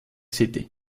city